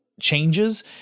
changes